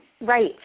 Right